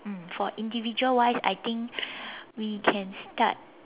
mm for individual wise I think we can start